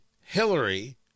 hillary